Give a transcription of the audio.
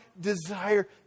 desire